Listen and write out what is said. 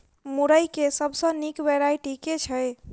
मुरई केँ सबसँ निक वैरायटी केँ छै?